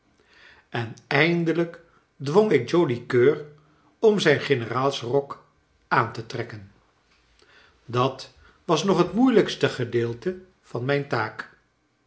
en eindelijk dwong ik joli coeur om zijn generaalsrok aan te trekken dat was nog het moeielijkste gedeelte van mijn taak